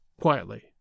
quietly